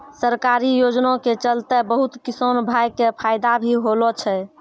सरकारी योजना के चलतैं बहुत किसान भाय कॅ फायदा भी होलो छै